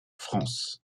france